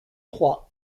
trois